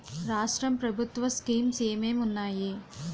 రాష్ట్రం ప్రభుత్వ స్కీమ్స్ ఎం ఎం ఉన్నాయి?